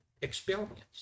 experienced